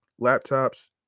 laptops